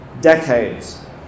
decades